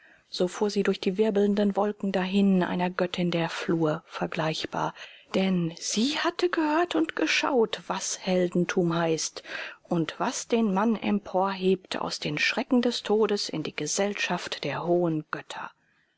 so fuhr sie durch die wirbelnden wolken dahin einer göttin der flur vergleichbar denn sie hatte gehört und geschaut was heldentum heißt und was den mann emporhebt aus den schrecken des todes in die gesellschaft der hohen götter